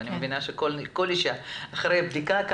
ואני מבינה שכל אישה אחרי הבדיקה נמצאת בלחץ